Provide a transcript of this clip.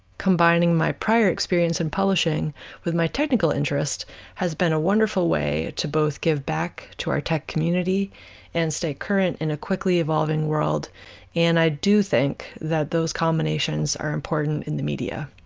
combining my prior experience in publishing with my technical interests has been a wonderful way to both give back to our tech community and stay current in a quickly-evolving world and i do think that those combinations are important in the media.